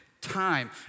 time